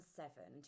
seven